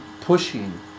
pushing